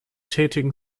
tätigen